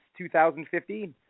2015